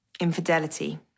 infidelity